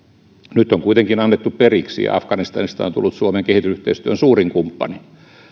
nyt on kuitenkin annettu periksi ja afganistanista on tullut suomen kehitysyhteistyön suurin kumppani